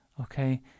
okay